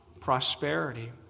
prosperity